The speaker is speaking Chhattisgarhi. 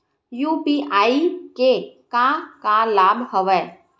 यू.पी.आई के का का लाभ हवय?